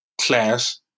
class